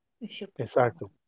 Exacto